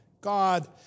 God